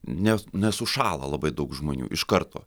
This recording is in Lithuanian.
ne nesušąla labai daug žmonių iš karto